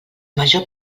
major